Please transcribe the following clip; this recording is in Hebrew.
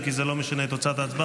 אם כי זה לא משנה את תוצאת ההצבעה,